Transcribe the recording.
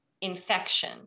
infection